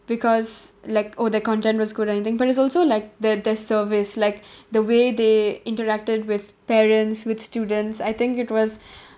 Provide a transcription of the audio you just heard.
because like oh the content was good anything but it's also like the the service like the way they interacted with parents with students I think it was